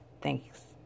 Thanks